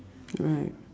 right